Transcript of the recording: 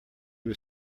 was